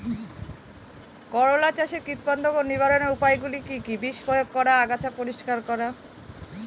করলা চাষে কীটপতঙ্গ নিবারণের উপায়গুলি কি কী?